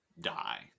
die